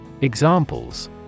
Examples